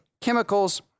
chemicals